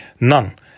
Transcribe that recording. none